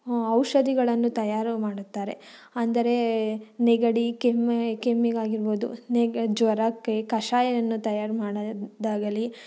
ಔಷಧಿಗಳನ್ನು ತಯಾರು ಮಾಡುತ್ತಾರೆ ಅಂದರೆ ನೆಗಡಿ ಕೆಮ್ಮು ಕೆಮ್ಮಿಗಾಗಿರ್ಬೋದು ಜ್ವರಕ್ಕೆ ಕಷಾಯವನ್ನು ತಯಾರು ಮಾಡೋದಾಗಲಿ